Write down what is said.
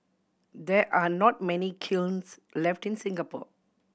there are not many kilns left in Singapore